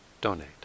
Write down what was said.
donate